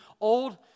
old